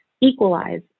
equalize